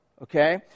Okay